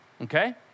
okay